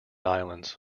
islands